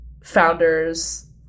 founders